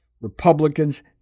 Republicans